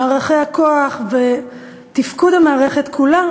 מערכי הכוח ותפקוד המערכת כולה,